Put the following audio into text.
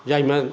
जाहिमे